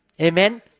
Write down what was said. Amen